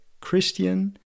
christian